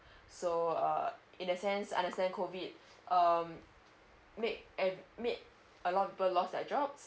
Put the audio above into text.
so uh in that sense understand COVID um make ev~ made a lot of people lost their jobs